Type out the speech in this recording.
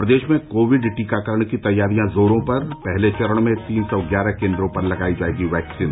प्रदेश में कोविड टीकाकरण की तैयारियां जोरों पर पहले चरण में तीन सौ ग्यारह केन्द्रों पर लगाई जायेगी वैक्सीन